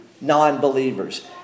non-believers